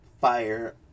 fire